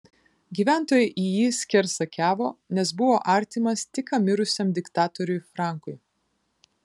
gyventojai į jį skersakiavo nes buvo artimas tik ką mirusiam diktatoriui frankui